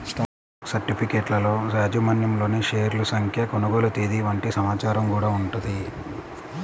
stock సర్టిఫికెట్లలో యాజమాన్యంలోని షేర్ల సంఖ్య, కొనుగోలు తేదీ వంటి సమాచారం గూడా ఉంటది